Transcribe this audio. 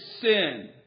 sin